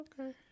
okay